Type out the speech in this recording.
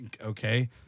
okay